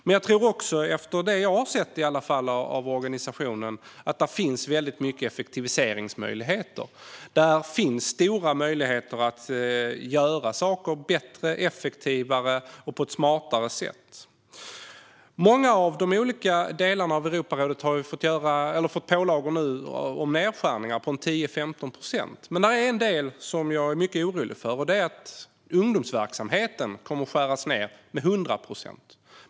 Men jag tror också, i alla fall utifrån det jag har sett av organisationen, att det finns många effektiviseringsmöjligheter. Det finns stora möjligheter att göra saker bättre, effektivare och på ett smartare sätt. Många av de olika delarna av Europarådet har fått pålagor om nedskärningar på 10-15 procent. Men det är en del som jag är mycket orolig för, och det är att ungdomsverksamheten kommer att skäras ned med 100 procent.